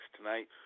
Tonight